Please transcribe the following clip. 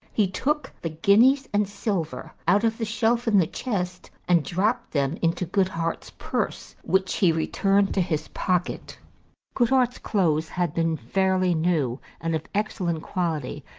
he took the guineas and silver out of the shelf in the chest, and dropped them into goodhart's purse, which he returned to his pocket goodhart's clothes had been fairly new and of ex cellent quality,